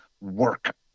work